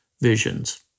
visions